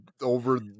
over